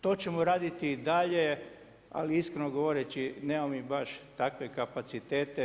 To ćemo raditi i dalje, ali iskreno govoreći nemamo mi baš takve kapacitete.